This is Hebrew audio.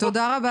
תודה רבה לך.